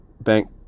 bank